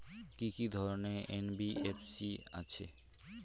কি কি ধরনের এন.বি.এফ.সি আছে?